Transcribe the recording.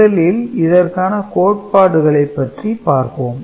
முதலில் இதற்கான கோட்பாடுகளைப் பற்றி பார்ப்போம்